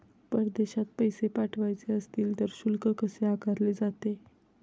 परदेशात पैसे पाठवायचे असतील तर शुल्क कसे आकारले जाते?